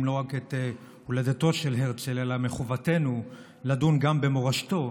את הולדתו של הרצל אלא מחובתנו לדון גם במורשתו,